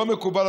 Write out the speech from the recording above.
לא מקובל,